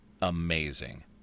amazing